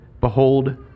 Behold